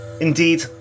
Indeed